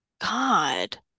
God